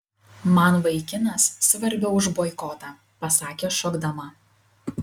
man vaikinas svarbiau už boikotą pasakė šokdama